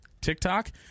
tiktok